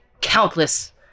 countless